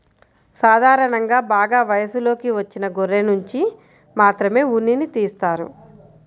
సాధారణంగా బాగా వయసులోకి వచ్చిన గొర్రెనుంచి మాత్రమే ఉన్నిని తీస్తారు